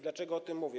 Dlaczego o tym mówię?